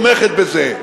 תומך בזה.